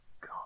God